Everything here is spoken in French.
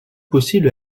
possible